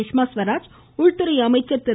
சுஷ்மா சுவராஜ் உள்துறை அமைச்சர் திரு